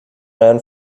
ran